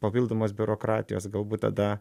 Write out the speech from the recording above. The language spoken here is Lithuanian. papildomos biurokratijos galbūt tada